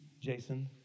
Jason